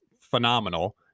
phenomenal